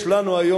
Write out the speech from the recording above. יש לנו היום,